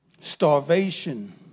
starvation